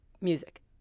music